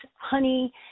honey